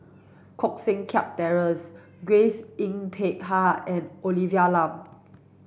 Koh Seng Kiat Terence Grace Yin Peck Ha and Olivia Lum